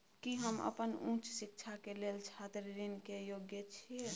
की हम अपन उच्च शिक्षा के लेल छात्र ऋण के योग्य छियै?